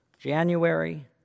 January